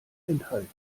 enthalten